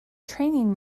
training